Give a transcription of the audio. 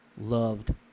Loved